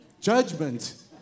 judgment